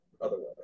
otherwise